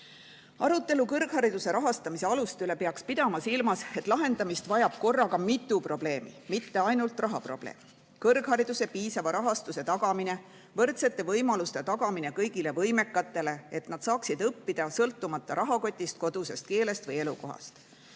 Arutelu kõrghariduse rahastamise aluste üle peaks pidama silmas, et lahendamist vajab korraga mitu probleemi, mitte ainult rahaprobleem: kõrghariduse piisava rahastuse tagamine, võrdsete võimaluste tagamine kõigile võimekatele, et nad saaksid õppida, sõltumata rahakotist, kodusest keelest või elukohast,